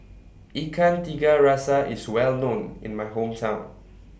Ikan Tiga Rasa IS Well known in My Hometown